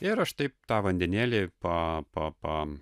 ir aš taip tą vandenėlį pa pa